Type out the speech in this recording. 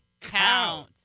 count